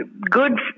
good